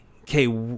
Okay